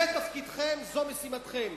זה תפקידכם וזו משימתכם,